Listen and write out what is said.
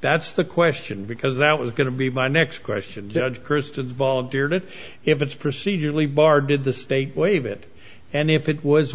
that's the question because that was going to be my next question judge kirsten volunteered it if it's procedurally barred did the state waive it and if it was